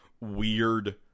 weird